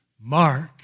Mark